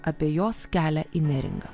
apie jos kelią į neringą